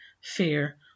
fear